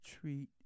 treat